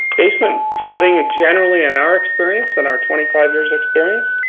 basement flooding, generally in our experience, in our twenty five years experience,